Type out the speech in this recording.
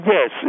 Yes